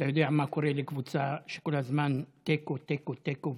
אתה יודע מה קורה לקבוצה שכל הזמן תיקו תיקו תיקו,